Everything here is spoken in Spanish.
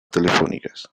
telefónicas